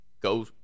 go